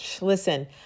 listen